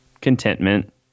contentment